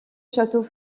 château